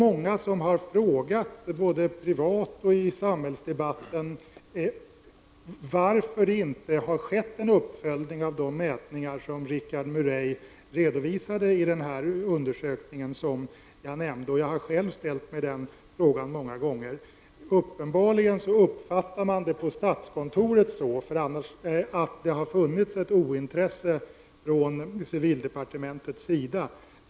Många — både privatpersoner och deltagare i samhällsdebatten — har frågat varför det inte har skett en uppföljning av de mätningar som Richard Murray redovisade i den undersökning som jag nämnde tidigare. Jag har själv ställt mig den frågan många gånger. Tydligen uppfattar man det på statskontoret så, att det har funnits ett ointresse från civildepartementets sida.